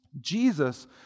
Jesus